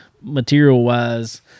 material-wise